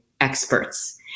experts